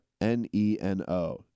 N-E-N-O